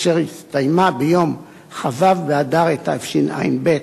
אשר הסתיימה ביום כ"ו באדר התשע"ב,